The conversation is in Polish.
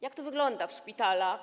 Jak to wygląda w szpitalach?